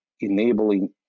enabling